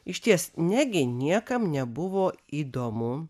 išties negi niekam nebuvo įdomu